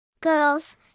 girls